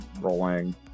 rolling